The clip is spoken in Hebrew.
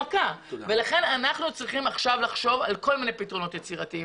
לכן אנחנו צריכים לחשוב עכשיו על כל מיני פתרונות יצירתיים.